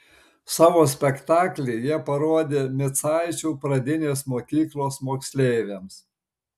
savo spektaklį jie parodė micaičių pradinės mokyklos moksleiviams